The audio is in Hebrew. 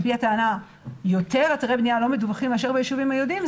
על-פי הטענה יותר אתרי בנייה לא מדווחים מאשר ביישובים היהודיים,